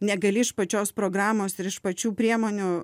negali iš pačios programos ir iš pačių priemonių